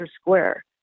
square